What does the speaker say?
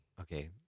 okay